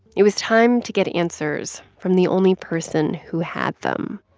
it was time to get answers from the only person who had them